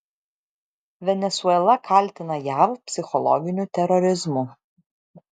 venesuela kaltina jav psichologiniu terorizmu